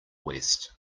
west